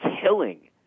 killing